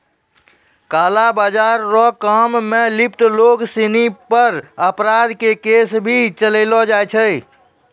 काला बाजार रो काम मे लिप्त लोग सिनी पर अपराध के केस भी चलैलो जाय छै